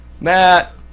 Matt